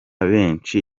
benshi